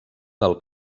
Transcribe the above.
del